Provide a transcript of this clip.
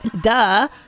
Duh